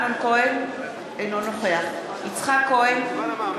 אינו נוכח יצחק כהן,